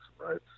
right